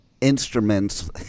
instruments